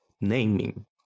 naming